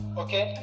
okay